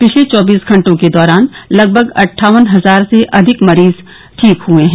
पिछले चौबीस घंटों के दौरान लगभग अट्ठावन हजार से अधिक मरीज ठीक हुए हैं